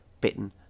bitten